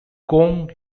kong